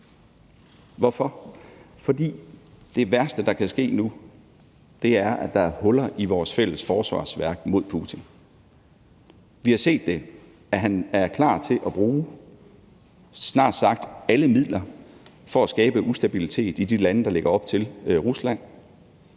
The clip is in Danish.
Hvorfor? Fordi det værste, der kan ske nu, er, at der er huller i vores fælles forsvarsværk mod Putin. Vi har set, at han er klar til at bruge snart sagt alle midler for at skabe ustabilitet i de lande, der ligger op til Rusland.